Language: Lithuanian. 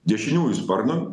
dešiniųjų sparnu